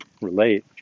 relate